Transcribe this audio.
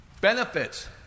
Benefits